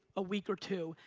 a week or two,